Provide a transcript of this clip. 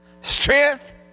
strength